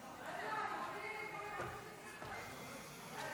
דקות לרשותך, אדוני.